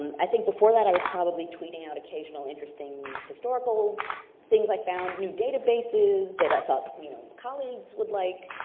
i think before that, i was probably tweeting out occasional interesting historical things i found, new databases that i thought you know colleagues would like,